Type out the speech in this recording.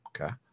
Okay